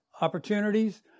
opportunities